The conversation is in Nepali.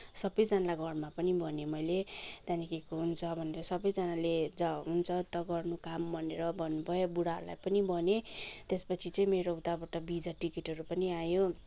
सबैजनालाई घरमा पनि भनेँ मैले त्यहाँदेखिको हुन्छ भनेर सबैजनाले जाऊ हुन्छ त गर्नु काम भनेर भन्नुभयो बुढालाई पनि भनेँ त्यसपछि चाहिँ मेरो उताबाट भिजा टिकटहरू पनि आयो